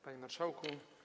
Panie Marszałku!